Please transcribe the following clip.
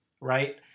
right